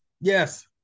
Yes